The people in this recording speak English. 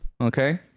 Okay